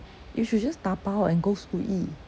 you should just dabao and go school eat